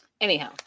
Anyhow